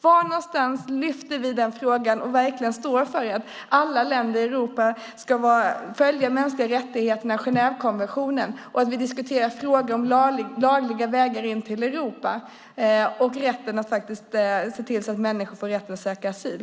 Var någonstans lyfter vi upp denna fråga och står för att alla länder i Europa ska ta hänsyn till mänskliga rättigheter och följa Genèvekonventionen? Det handlar om att diskutera lagliga vägar in till Europa och rätten att söka asyl.